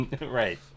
Right